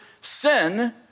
Sin